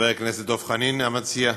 חבר הכנסת דב חנין המציע.